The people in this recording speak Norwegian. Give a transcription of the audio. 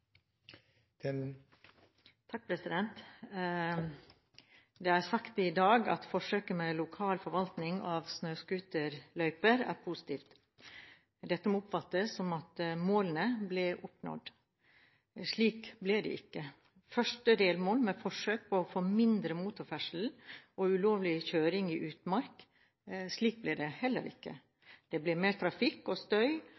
sagt i dag at forsøket med lokal forvaltning av snøscooterløyper er positivt. Dette må oppfattes som at målene ble oppnådd. Slik ble det ikke. Første delmål med forsøket var å få mindre motorferdsel og ulovlig kjøring i utmark. Slik ble det heller ikke. Det ble mer trafikk og støy